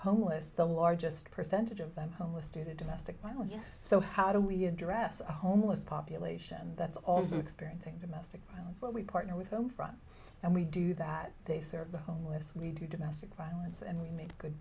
homeless the largest percentage of them homeless today domestic violence so how do we address the homeless population that's also experiencing domestic violence where we partner with them from and we do that they serve the homeless we do domestic violence and we